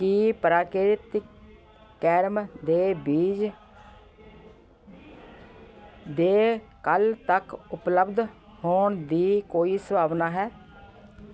ਕੀ ਪ੍ਰਾਕ੍ਰਿਤੀਕ ਕੈਰਮ ਦੇ ਬੀਜ ਦੇ ਕੱਲ੍ਹ ਤੱਕ ਉਪਲੱਬਧ ਹੋਣ ਦੀ ਕੋਈ ਸੰਭਾਵਨਾ ਹੈ